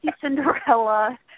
Cinderella